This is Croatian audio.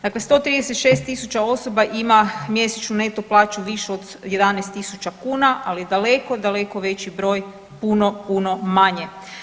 Dakle, 136.000 osoba ima mjesečnu neto plaću višu od 11.000 kuna, ali daleko, daleko veći broj puno puno manje.